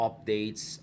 Updates